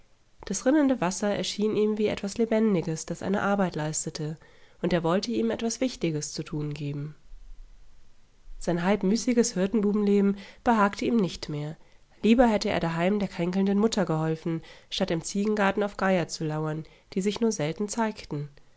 das rinnende wasser erschien ihm wie etwas lebendiges das eine arbeit leistete und er wollte ihm etwas wichtiges zu tun geben sein halbmüßiges hirtenbubenleben behagte ihm nicht mehr lieber hätte er daheim der kränkelnden mutter geholfen statt im ziegengarten auf geier zu lauern die sich nur selten zeigten